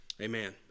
Amen